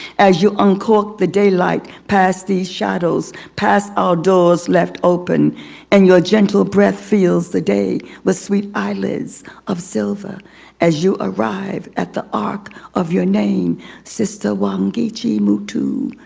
as you uncork the daylight past these shadows, past our doors left open and your gentle breath feels the day with sweet eyelids of silver as you arrive at the arc of your name sister wangechi mutu.